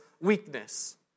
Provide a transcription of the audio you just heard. weakness